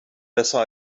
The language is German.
besser